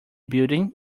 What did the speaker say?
building